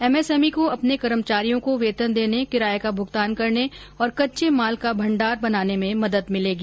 MSME को अपने कर्मचारियों को वेतन देने किराए का भुगतान करने और कच्चे माल का भंडार बनाने में मदद मिलेगी